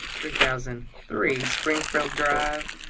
three thousand three springfield drive